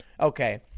okay